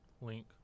Link